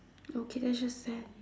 okay that's just sad